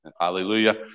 Hallelujah